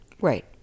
Right